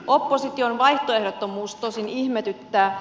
opposition vaihtoehdottomuus tosin ihmetyttää